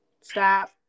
Stop